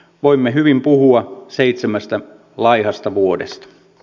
voimme hyvin puhua seitsemästä laihasta vuodesta